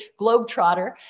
Globetrotter